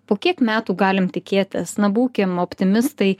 po kiek metų galim tikėtis na būkim optimistai